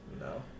No